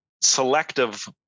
selective